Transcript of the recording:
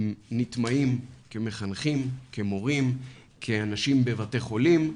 הם נטמעים כמחנכים, כמורים, כאנשים בבתי חולים,